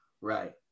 Right